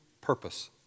purpose